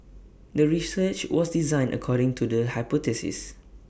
the research was designed according to the hypothesis